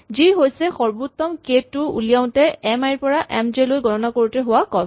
যি হৈছে সৰ্বোত্তম কে টো উলিয়াওতে এম আই ৰ পৰা এম জে লৈ গণনা কৰোতে হোৱা কস্ত